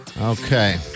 Okay